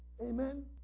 Amen